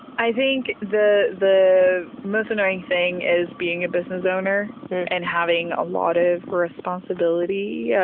i think the the most annoying thing is being a business owner and having a lot of responsibility. yeah